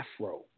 afro